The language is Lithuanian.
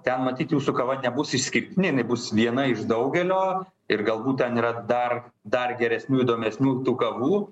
ten matyt jūsų kava nebus išskirtinė jinai bus viena iš daugelio ir galbūt ten yra dar dar geresnių įdomesnių kavų